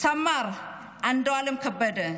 סמ"ר ענדועלם קבדה,